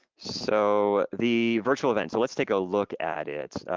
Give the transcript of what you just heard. so the virtual event, so let's take a look at it.